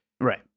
right